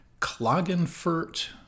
Klagenfurt